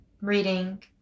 reading